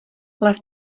lev